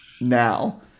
now